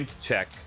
check